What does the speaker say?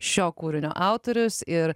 šio kūrinio autorius ir